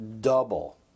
double